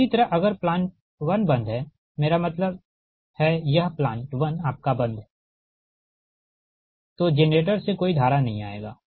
इसी तरह अगर प्लांट 1 बंद है मेरा मतलब है यह प्लांट 1 आपका बंद है तो जेनरेटर से कोई धारा नहीं आएगा